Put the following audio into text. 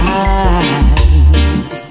eyes